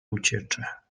uciecze